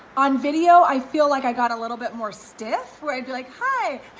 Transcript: on video, i feel like i got a little bit more stiff where i'd be like, hi,